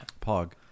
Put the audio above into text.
Pog